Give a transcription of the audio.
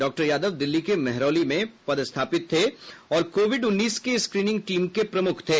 doctor Yadav Delhi के महरौली में पदस्थापित थे और कोविड उन्नीस के स्क्रीनिंग टीम के प्रमुख थे